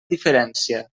diferència